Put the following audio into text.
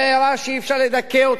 זו בעירה שאי-אפשר לדכא אותה.